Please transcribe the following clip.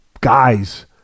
guys